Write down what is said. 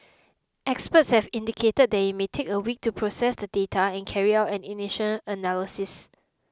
experts have indicated that it may take a week to process the data and carry out an initial analysis